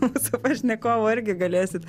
mūsų pašnekovo irgi galėsit